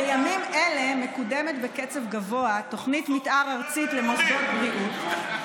בימים אלה מקודמת בקצב גבוה תוכנית מתאר ארצית למוסדות הבריאות,